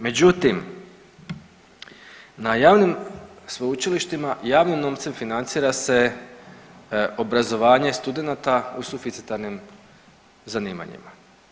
Međutim, na javnim sveučilištima, javnim novcem financira se obrazovanje studenata u suficitarnim zanimanjima.